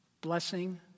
Blessing